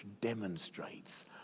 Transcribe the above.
demonstrates